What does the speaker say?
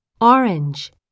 orange